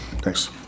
Thanks